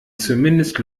zumindest